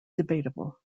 debatable